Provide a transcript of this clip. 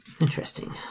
Interesting